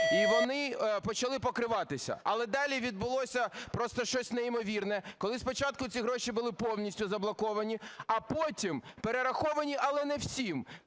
і вони почали покриватися. Але далі відбулося просто щось неймовірне, коли спочатку ці гроші були повністю заблоковані, але потім перераховані, але не всім,